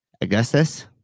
Augustus